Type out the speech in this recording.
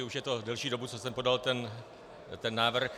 Už je to delší dobu, co jsem podal ten návrh.